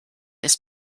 ist